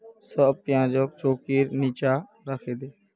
सब प्याजक चौंकीर नीचा राखे दे